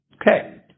Okay